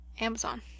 Amazon